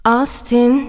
Austin